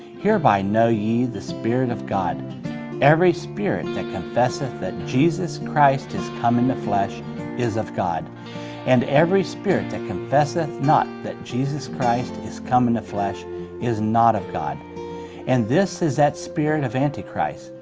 hereby know ye the spirit of god every spirit that confesseth that jesus christ is come in the flesh is of god and every spirit that confesseth not that jesus christ is come in the flesh is not of god and this is that spirit of and antichrist,